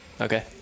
Okay